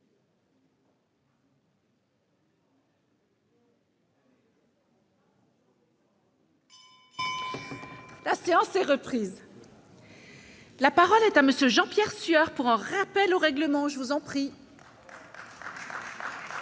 La parole est à M. Jean-Pierre Sueur, pour un rappel au règlement. Il a été dit